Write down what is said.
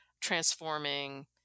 transforming